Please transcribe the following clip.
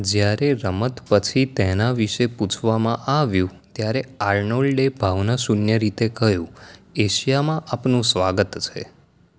જ્યારે રમત પછી તેના વિશે પૂછવામાં આવ્યું ત્યારે આર્નોલ્ડે ભાવનાશૂન્ય રીતે કહ્યું એશિયામાં આપનું સ્વાગત છે